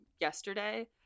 yesterday